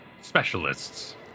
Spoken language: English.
specialists